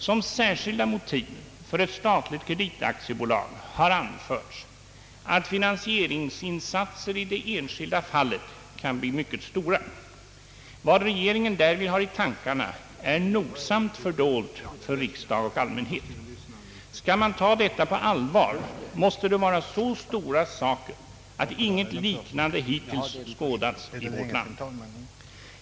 Som särskilda motiv för ett statligt kreditaktiebolag har anförts att finansieringsinsatser i det enskilda fallet kan bli mycket stora. Vad regeringen därvid har i tankarna är nogsamt fördolt för riksdag och allmänhet. Skall vi ta detta på allvar, måste det vara fråga om så stora saker att något liknande hittills icke skådats i vårt land.